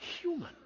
human